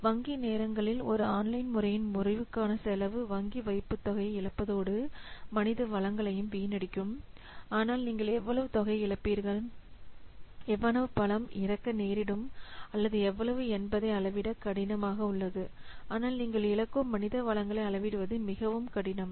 வங்கி நேரங்களில் ஒரு ஆன்லைன் முறையின் முறிவுக்கான செலவு வங்கி வைப்புத்தொகையை இழப்பதோடு மனித வளங்களையும் வீணடிக்கும் ஆனால் நீங்கள் எவ்வளவு தொகையை இழப்பீர்கள் எவ்வளவு பணம் இழக்க நேரிடும் அல்லது எவ்வளவு என்பதை அளவிட கடினமாக உள்ளது ஆனால் நீங்கள் இழக்கும் மனித வளங்களை அளவிடுவது மிகவும் கடினம்